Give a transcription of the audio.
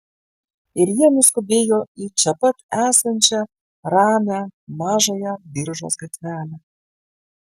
ir jie nuskubėjo į čia pat esančią ramią mažąją biržos gatvelę